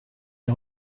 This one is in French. les